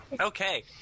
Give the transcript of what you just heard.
Okay